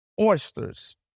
oysters